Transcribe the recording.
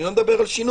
אני לא מדבר על שינוי.